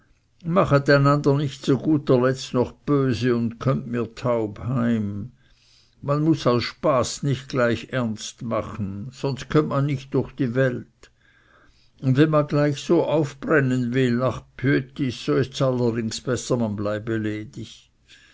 machet einander nicht zu guter letzt noch böse und kommt mir taub heim man muß aus spaß nicht gleich ernst machen sonst kömmt man nicht durch die welt und wenn man gleich so aufbrennen will ach bhüetis so ists allerdings besser man bleibe ledig